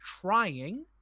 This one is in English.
trying